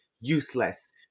useless